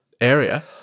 area